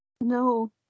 No